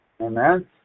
Amen